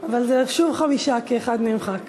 אבל רשום חמישה כי אחד נמחק.